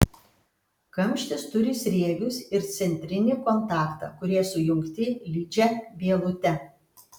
kamštis turi sriegius ir centrinį kontaktą kurie sujungti lydžia vielute